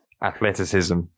Athleticism